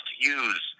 use